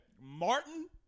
Martin